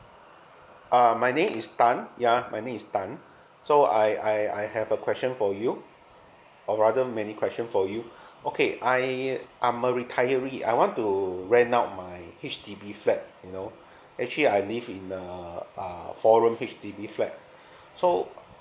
uh my name is tan ya my name is tan so I I I have a question for you or rather many question for you okay I I'm a retiree I want to rent out my H_D_B flat you know actually I live in the uh four room H_D_B flat so